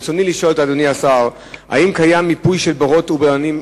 רצוני לשאול את אדוני השר: 1. האם קיים מיפוי של בורות ובולענים?